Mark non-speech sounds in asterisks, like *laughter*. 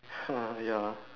*noise* ya